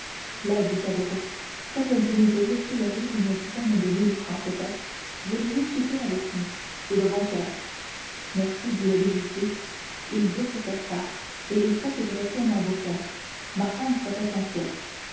dit caderousse quoique vous nous ayez soulevé une dizaine de mille francs peut-être voulez-vous souper avec nous c'est de bon coeur merci dit le bijoutier il doit se faire tard et il faut que je retourne à beaucaire ma femme serait inquiète